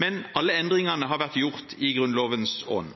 men alle endringene har vært gjort i Grunnlovens ånd.